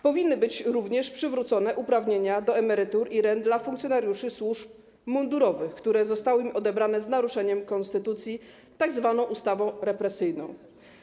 Powinny być również przywrócone uprawnienia do emerytur i rent dla funkcjonariuszy służb mundurowych, które zostały im odebrane z naruszeniem konstytucji tzw. ustawą represyjną.